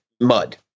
mud